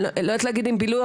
אני לא יודעת אם להגיד הנאה,